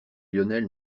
lionel